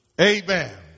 Amen